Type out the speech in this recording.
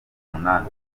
umunani